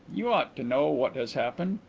you ought to know what has happened.